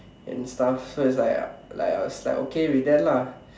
and stuff so it's like like I was okay with that lah